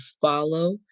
follow